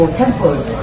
temples